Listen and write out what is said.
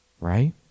right